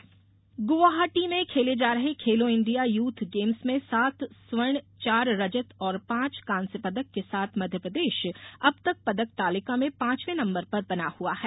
खेलो India Guwahati में खेले जा रहे खेलो इंडिया यूथ गेम्स में सात स्वर्णचार रजत और पांच कांस्य पदक के साथ मध्यप्रदेश अब तक पदक तालिका में पांचवे नंबर पर बना हुआ है